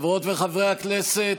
חברות וחברי הכנסת,